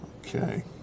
Okay